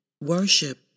worship